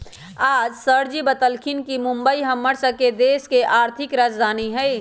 आज सरजी बतलथिन ह कि मुंबई हम्मर स के देश के आर्थिक राजधानी हई